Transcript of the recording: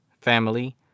family